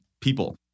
people